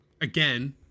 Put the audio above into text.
again